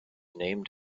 named